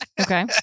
Okay